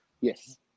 Yes